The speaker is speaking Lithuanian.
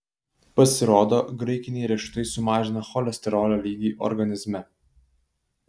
pasirodo graikiniai riešutai sumažina cholesterolio lygį organizme